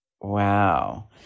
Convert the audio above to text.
Wow